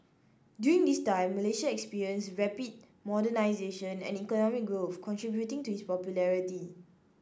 during this time Malaysia experienced rapid modernisation and economic growth contributing to his popularity